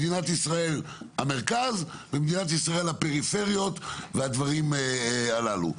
מדינת ישראל המרכז ומדינת ישראל הפריפריות והדברים הללו.